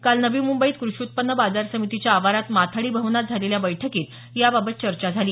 काल नवी मुंबईत क्रषी उत्पन्न बाजार समितीच्या आवारात माथाडी भवनात झालेल्या बैठकीत याबाबत चर्चा झाली